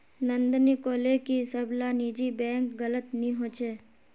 नंदिनी कोहले की सब ला निजी बैंक गलत नि होछे